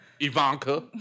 Ivanka